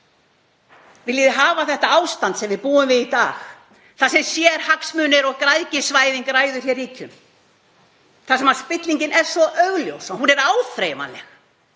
Viljið hafa þetta ástand sem við búum við í dag þar sem sérhagsmunir og græðgisvæðing ræður ríkjum? Þar sem spillingin er svo augljós að hún er áþreifanleg.